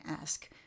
ask